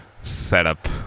setup